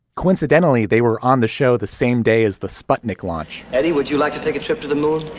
coincidentally, they were on the show the same day as the sputnik launch eddie, would you like to take a trip to the moon?